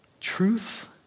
Truth